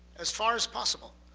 as far as possible,